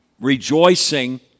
rejoicing